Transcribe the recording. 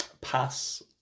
Pass